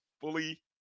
fully